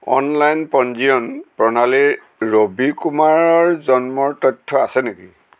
online পঞ্জীয়ন প্ৰণালীত ৰবি কুমাৰৰ জন্মৰ তথ্য আছে নেকি